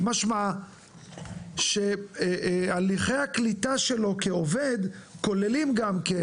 משמע שהליכי הקליטה שלו כעובד כוללים גם כן